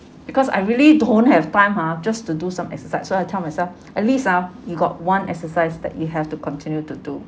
because I really don't have time ha just to do some exercise so I tell myself at least ah you got one exercise that you have to continue to do